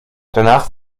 danach